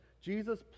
Jesus